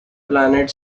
planet